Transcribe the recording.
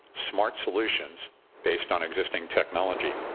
smart solutions based on existing technology.